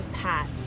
pat